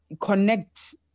connect